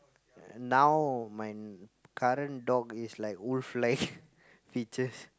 uh now my current dog is like wolf like features